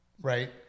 right